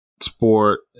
sport